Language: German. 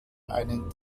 einen